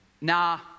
nah